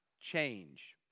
Change